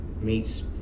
meets